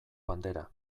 bandera